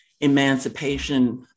emancipation